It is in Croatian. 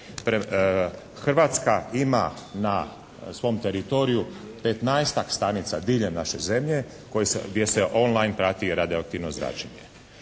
Hrvatska ima na svom teritoriju 15-ak stanica diljem naše zemlje gdje se on-line prati radioaktivno zračenje.